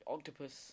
Octopus